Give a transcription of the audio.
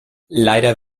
leider